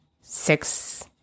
six